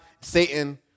Satan